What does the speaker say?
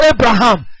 Abraham